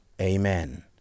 amen